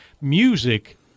music